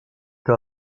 que